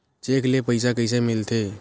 Cheque ले पईसा कइसे मिलथे?